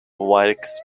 wilkes